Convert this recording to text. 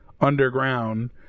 underground